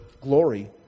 glory